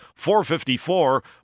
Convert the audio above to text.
454